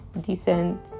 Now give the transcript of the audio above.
decent